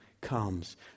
comes